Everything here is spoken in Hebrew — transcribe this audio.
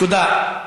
תודה.